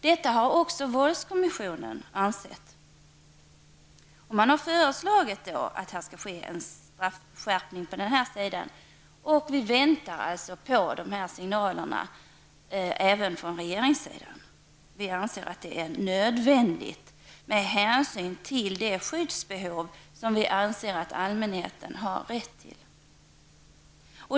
Det har också våldskommissionen ansett. Man har föreslagit att det skall ske en straffskärpning där, och vi väntar alltså på sådana signaler från regeringssidan. Vi anser att det är nödvändigt med hänsyn till det skydd som vi anser att allmänheten har rätt till.